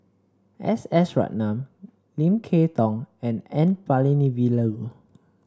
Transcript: S S Ratnam Lim Kay Tong and N Palanivelu